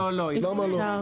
לא, היא לא קיימת.